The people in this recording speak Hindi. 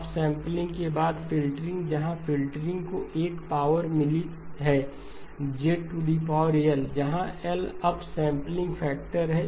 अपसैंपलिंग के बाद फ़िल्टरिंग जहाँ फ़िल्टरिंग को एक पावर मिली है ZL जहाँ L अप सैंपलिंग फैक्टर है